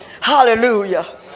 Hallelujah